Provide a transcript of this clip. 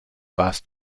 warst